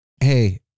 Hey